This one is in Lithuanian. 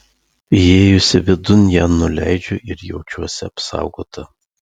įėjusi vidun ją nuleidžiu ir jaučiuosi apsaugota